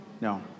No